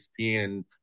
ESPN